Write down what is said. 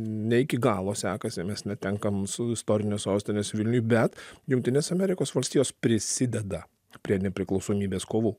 ne iki galo sekasi mes netenkam mūsų istorinės sostinės vilniuj bet jungtinės amerikos valstijos prisideda prie nepriklausomybės kovų